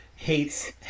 hates